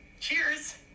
Cheers